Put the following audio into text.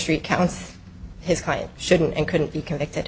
street counts his client shouldn't and couldn't be convicted